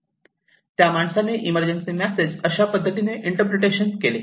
त्या माणसाने emergency message अशा पद्धतीने इंटरप्रिटेशन केले